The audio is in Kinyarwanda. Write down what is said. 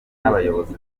nabayobozi